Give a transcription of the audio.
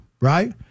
right